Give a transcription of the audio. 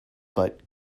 but